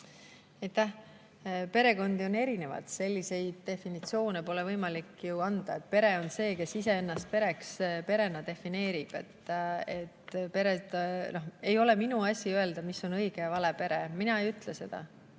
Perekondi on erinevaid, selliseid definitsioone pole võimalik ju anda. Pere on see, kes iseennast perena defineerib. Ei ole minu asi öelda, mis on õige ja mis vale pere. Mina ei ütle seda.